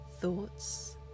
thoughts